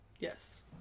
Yes